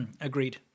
Agreed